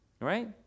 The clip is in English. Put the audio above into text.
Right